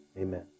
Amen